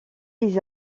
les